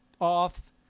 off